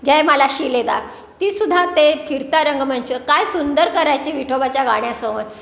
जयमाला शिलेदार ती सुद्धा ते फिरता रंगमंच काय सुंदर करायचे विठोबाच्या गाण्यासमोर